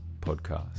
Podcast